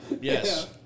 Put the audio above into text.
Yes